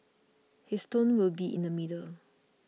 his tone will be in the middle